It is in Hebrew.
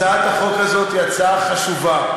הצעת החוק הזאת היא הצעה חשובה.